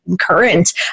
current